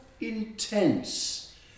intense